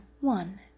one